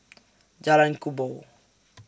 Jalan Kubor